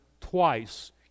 twice